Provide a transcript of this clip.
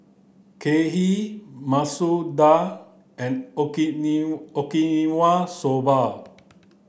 Kheer Masoor Dal and Okinawa Soba